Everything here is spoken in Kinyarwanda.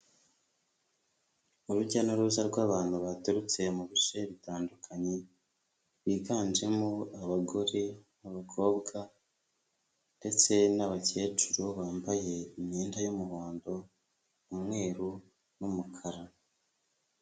Urujya n'uruza rw'abantu, baturutse mu bice bitandukanye, biganjemo abagore, abakobwa, ndetse n'abakecuru, bambaye imyenda y'umuhondo, umweru, n'umukara.